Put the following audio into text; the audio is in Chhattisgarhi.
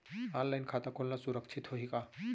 ऑनलाइन खाता खोलना सुरक्षित होही का?